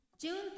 June